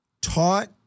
taught